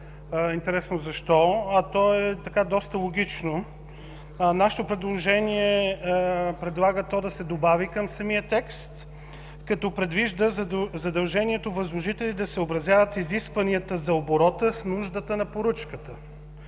интересно защо, а то е доста логично. Нашето предложение е то да се добави към самия текст, като предвижда задължението възложителите да се съобразяват с изискванията за оборота с нуждата за поръчката,